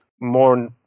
more